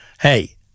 hey